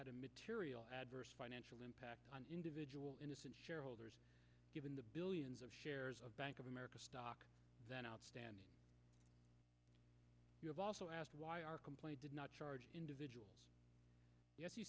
had a material adverse financial impact on individual innocent shareholders given the billions of shares of bank of america stock that outstanding you have also asked why our complaint did not charge individuals